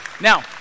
Now